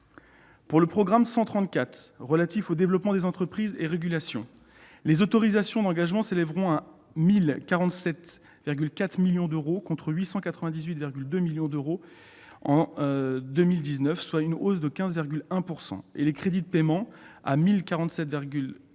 Pour le programme 134, « Développement des entreprises et régulations », les autorisations d'engagement s'élèveront à 1 047,4 millions d'euros, contre 898,2 millions d'euros en 2019, soit une hausse de 15,1 %, et les crédits de paiement à 1047,4